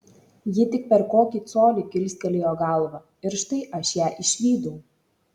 ji tik per kokį colį kilstelėjo galvą ir štai aš ją išvydau